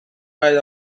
right